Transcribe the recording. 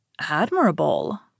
Admirable